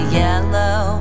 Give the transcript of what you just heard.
yellow